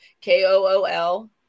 K-O-O-L